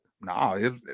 No